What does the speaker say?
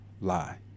lie